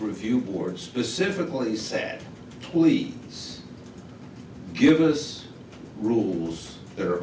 review board specifically said please give us rules the